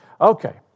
Okay